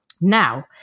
Now